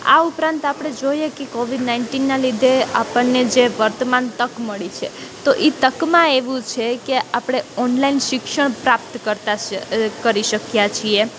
આ ઉપરાંત આપણે જોઈએ કે કોવિદ નાઇન્ટીનનાં લીધે આપણને જે વર્તમાન તક મળી છે તો એ તકમાં એવું છે કે આપણે ઓનલાઈન શિક્ષણ પ્રાપ્ત કરતાં કરી શક્યાં છીએ